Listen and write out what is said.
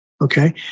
Okay